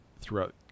throughout